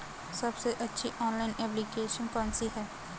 सबसे अच्छी online application कौन सी है?